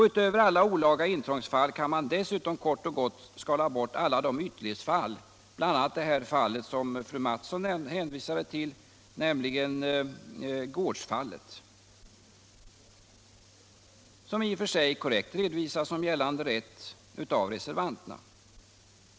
Utöver alla olaga intrångsfall kan man dessutom kort och gott skala bort alla de ytterlighetsfall, bl.a. det som fröken Mattson hänvisade till, nämligen gårdsfallet, som i och för sig korrekt redovisas som gällande rätt av reservanterna.